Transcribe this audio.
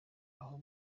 aho